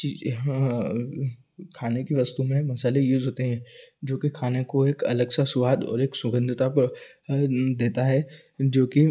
चीज यहाँ खाने के वस्तु में मसाले यूज होते हैं जो कि खाने को एक अलग सा स्वाद और एक सुगंधता पर देता है जो कि